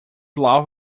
love